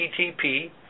http